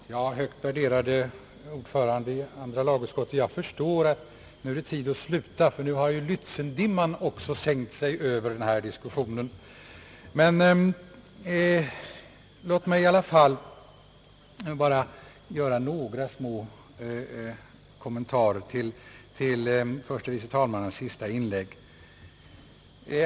Herr talman! Jag förstår, högt värderade herr ordförande i andra lagutskottet, att nu är det tid att sluta när också Lätzendimman sänkt sig över diskussionen. Låt mig dock göra några små kommentarer till herr förste vice talmannens senaste inlägg.